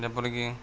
ଯେପରିକି